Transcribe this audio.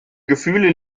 gefühle